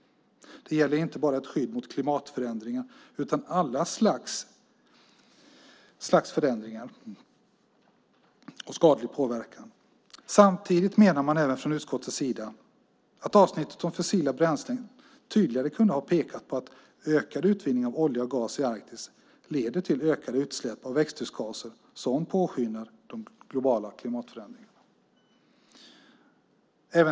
Det gäller inte bara ett skydd mot klimatförändringar utan alla slags förändringar och skadlig påverkan. Samtidigt menar utskottet att man i avsnittet om fossila bränslen tydligare kunde ha pekat på att ökad utvinning av olja och gas i Arktis leder till ökade utsläpp av växthusgaser som påskyndar de globala klimatförändringarna.